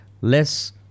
less